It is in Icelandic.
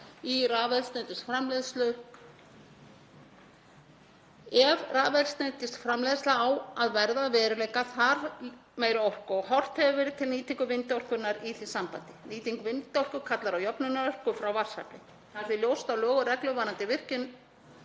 í rafeldsneytisframleiðslu. Ef rafeldsneytisframleiðsla á að verða að veruleika þarf meiri orku og hefur verið horft til nýtingar vindorkunnar í því sambandi. Nýting vindorku kallar á jöfnunarraforku frá vatnsafli. Það er því ljóst að lög og reglur varðandi virkjun